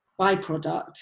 byproduct